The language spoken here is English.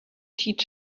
teach